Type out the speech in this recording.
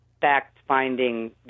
fact-finding